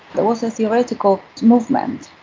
it was a theoretical movement,